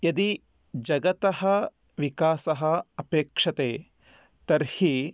यदि जगतः विकासः अपेक्षते तर्हि